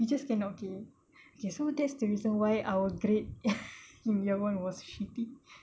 you just can okay okay so that's the reason why our grade in year one was shitty